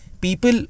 people